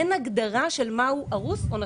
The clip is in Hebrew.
אין הגדרה של מהו הרוס או נטוש.